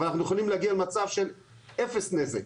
אבל אנחנו להגיע למצב של אפס נזק.